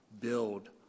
build